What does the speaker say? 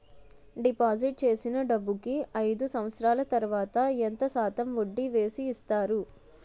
Deposit చేసిన డబ్బుకి అయిదు సంవత్సరాల తర్వాత ఎంత శాతం వడ్డీ వేసి ఇస్తారు?